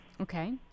Okay